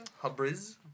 Hubris